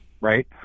Right